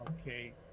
Okay